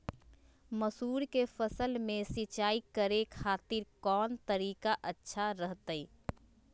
मसूर के फसल में सिंचाई करे खातिर कौन तरीका अच्छा रहतय?